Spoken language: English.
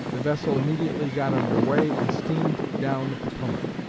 the vessel immediately got under way and steamed down the potomac.